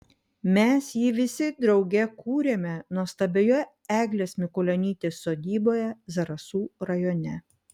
mes jį visi drauge kūrėme nuostabioje eglės mikulionytės sodyboje zarasų rajone